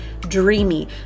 dreamy